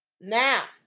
now